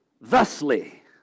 Thusly